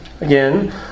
again